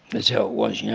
that's how it was, yeah